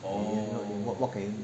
what can you do